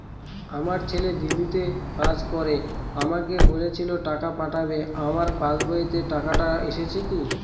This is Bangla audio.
আমার ছেলে দিল্লীতে কাজ করে আমাকে বলেছিল টাকা পাঠাবে আমার পাসবইতে টাকাটা এসেছে কি?